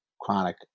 chronic